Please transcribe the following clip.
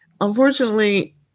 unfortunately